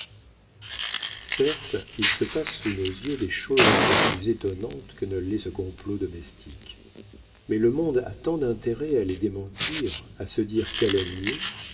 certes il se passe sous nos yeux des choses encore plus étonnantes que ne l'est ce complot domestique mais le monde a tant d'intérêt à les démentir à se dire calomnié